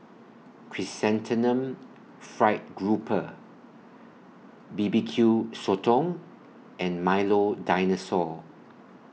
Chrysanthemum Fried Grouper B B Q Sotong and Milo Dinosaur